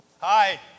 Hi